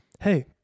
hey